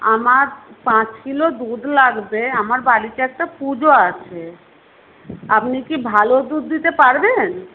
আমার পাঁচ কিলো দুধ লাগবে আমার বাড়িতে একটা পুজো আছে আপনি কি ভালো দুধ দিতে পারবেন